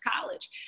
College